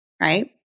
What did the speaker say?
right